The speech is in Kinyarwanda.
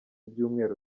byumweru